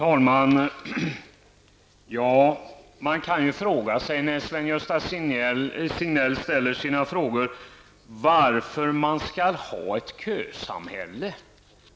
Fru talman! När Sven-Gösta Signell ställer sina frågor, kan man fråga sig varför vi skall ha ett kösamhälle.